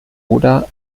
oder